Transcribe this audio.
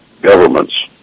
governments